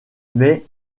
mais